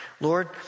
Lord